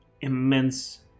immense